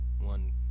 one